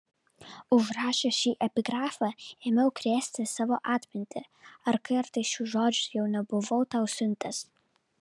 užrašęs šį epigrafą ėmiau krėsti savo atmintį ar kartais šių žodžių jau nebuvau tau siuntęs